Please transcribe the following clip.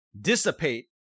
dissipate